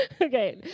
Okay